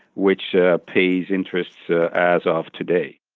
which ah pays interests ah as of today.